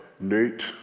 Nate